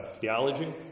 theology